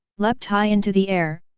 leapt high into the air,